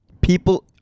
People